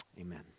Amen